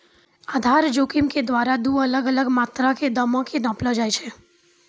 आधार जोखिम के द्वारा दु अलग अलग मात्रा के दामो के नापलो जाय छै